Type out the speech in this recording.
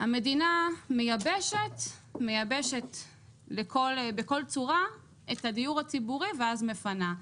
המדינה מייבשת בכל צורה את הדיור הציבורי ואז מפנה,